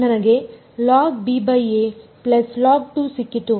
ನನಗೆ ಸಿಕ್ಕಿತು